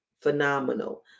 phenomenal